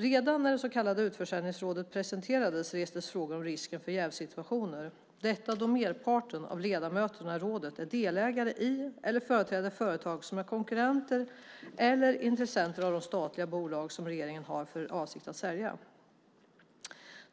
Redan när det så kallade utförsäljningsrådet presenterades restes frågor om risken för jävssituationer eftersom merparten av ledamöterna i rådet är delägare i eller företräder företag som är konkurrenter till eller intressenter i de statliga bolag som regeringen har för avsikt att sälja.